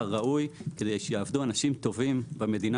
ראוי כדי שיעבדו אנשים טובים במדינה.